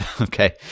Okay